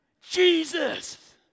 Jesus